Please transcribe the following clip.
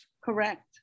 Correct